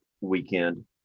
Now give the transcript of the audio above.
weekend